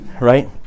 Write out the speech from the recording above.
Right